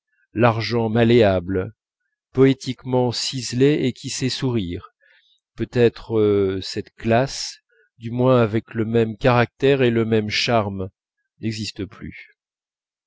l'argent malléable poétiquement ciselé et qui sait sourire peut-être cette classe du moins avec le même caractère et le même charme nexiste t elle plus